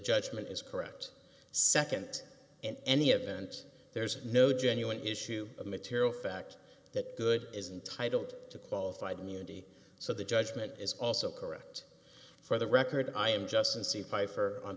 judgment is correct nd in any event there's no genuine issue of material fact that good is intitled to qualified immunity so the judgement is also correct for the record i am just in sci fi for on